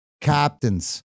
Captains